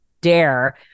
Dare